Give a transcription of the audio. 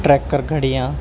tracker گھڑیاں